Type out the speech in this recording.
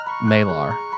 Malar